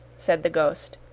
said the ghost,